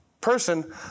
person